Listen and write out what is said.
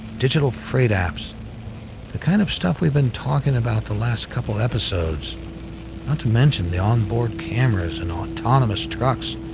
digital freight apps the kind of stuff we've been talking about the last couple episodes not ah to mention the onboard cameras and autonomous trucks.